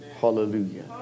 Hallelujah